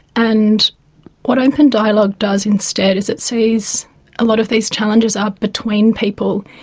and what open dialogue does instead is it sees a lot of these challenges are between people,